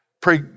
Pray